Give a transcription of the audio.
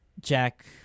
Jack